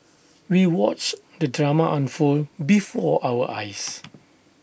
we watched the drama unfold before our eyes